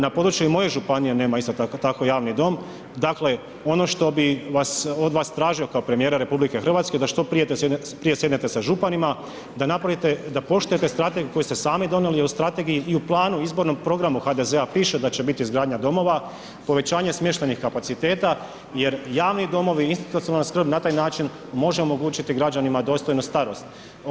Na području i moje županije nema isto tako javni dom, dakle ono što bi od vas tražio kao premijera RH je da što prije sjednete sa županima, da napravite, da poštujete strategiju koju ste sami donijeli u strategiji i u planu izbornog programa HDZ-a piše da će biti izgradnja domova, povećanje smještajnih kapaciteta jer javni domovi, institucionalna skrb na taj način može omogućiti građanima dostojnu starost.